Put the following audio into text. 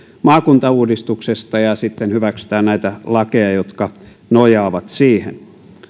maakuntauudistuksesta ja sitten hyväksytään näitä lakeja jotka nojaavat siihen